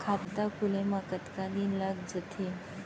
खाता खुले में कतका दिन लग जथे?